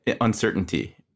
uncertainty